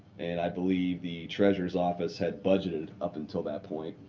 and i believe the treasurer's office had budgeted up until that point.